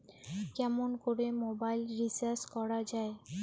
কেমন করে mobile recharge করা য়ায়?